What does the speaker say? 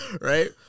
Right